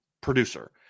producer